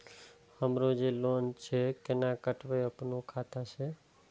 हमरो जे लोन छे केना कटेबे अपनो खाता से?